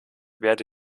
werde